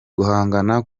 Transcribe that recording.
guhangana